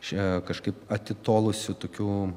čia kažkaip atitolusiu tokiu